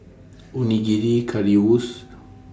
Onigiri Currywurst